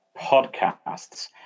podcasts